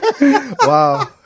Wow